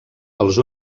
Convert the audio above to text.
els